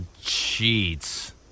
cheats